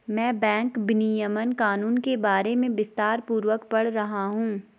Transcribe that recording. मैं बैंक विनियमन कानून के बारे में विस्तारपूर्वक पढ़ रहा हूं